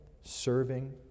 serving